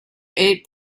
eight